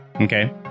okay